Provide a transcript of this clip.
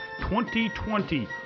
2020